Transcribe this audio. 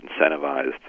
incentivized